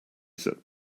set